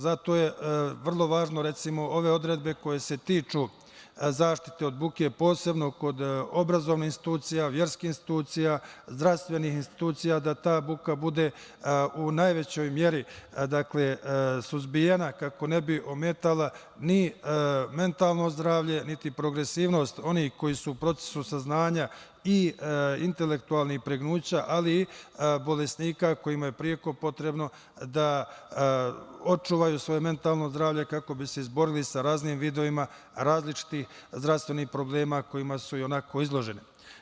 Zato je vrlo važno da ove odredbe koje se tiču zaštite od buke, posebno kod obrazovnih institucija, verskih institucija, zdravstvenih institucija da ta buka bude u najvećoj meri suzbijena kako ne bi ometala ni mentalno zdravlje, niti progresivnost onih koji su u procesu saznanja i intelektualnih pregnuća, ali i bolesnika kojima je preko potrebno da očuvaju svoje mentalno zdravlje kako bi se izborili sa raznim vidovima različitih zdravstvenih problema kojima su ionako izloženi.